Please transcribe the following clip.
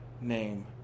name